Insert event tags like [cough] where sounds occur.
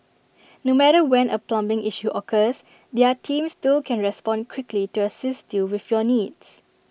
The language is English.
[noise] no matter when A plumbing issue occurs their team still can respond quickly to assist you with your needs